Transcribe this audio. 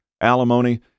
alimony